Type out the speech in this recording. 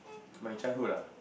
my childhood ah